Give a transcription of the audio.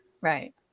right